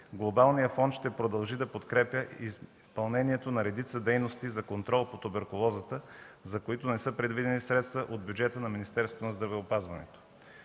Глобалният фонд ще продължи да подкрепя изпълнението на редица дейности за контрол на туберкулозата, за които не са предвидени средства от бюджета на Министерството на здравеопазването.”